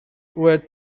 were